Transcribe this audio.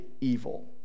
evil